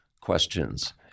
questions